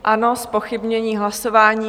Ano, zpochybnění hlasování.